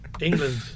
England